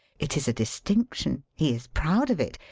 it is a distinction. he is proud of it.